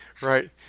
right